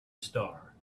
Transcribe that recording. star